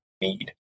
need